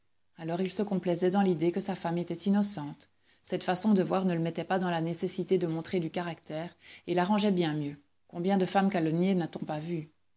alors il se complaisait dans l'idée que sa femme était innocente cette façon de voir ne le mettait pas dans la nécessité de montrer du caractère et l'arrangeait bien mieux combien de femmes calomniées n'a-t-on pas vues